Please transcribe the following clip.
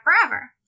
forever